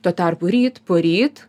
tuo tarpu ryt poryt